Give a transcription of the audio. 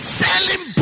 selling